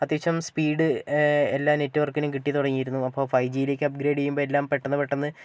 അത്യാവശ്യം സ്പീഡ് എല്ലാ നെറ്റ്വർക്കിനും കിട്ടിത്തുടങ്ങിയിരുന്നു അപ്പോൾ ഫൈ ജിയിലേക്ക് അപ്ഗ്രേഡ് ചെയ്യുമ്പോൾ എല്ലാം പെട്ടന്ന് പെട്ടന്ന്